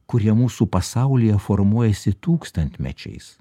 kurie mūsų pasaulyje formuojasi tūkstantmečiais